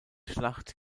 schlacht